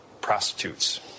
prostitutes